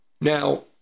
Now